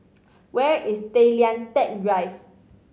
where is Tay Lian Teck Drive